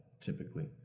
typically